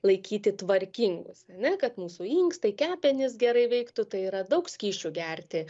laikyti tvarkingus ane kad mūsų inkstai kepenys gerai veiktų tai yra daug skysčių gerti